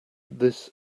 this